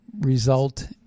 result